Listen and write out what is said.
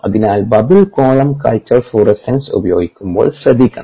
അതിനാൽ bubble column culture fluorescence ഉപയോഗിക്കുമ്പോൾ ശ്രദ്ധിക്കണം